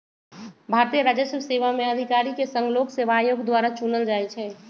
भारतीय राजस्व सेवा में अधिकारि के संघ लोक सेवा आयोग द्वारा चुनल जाइ छइ